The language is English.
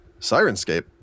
Sirenscape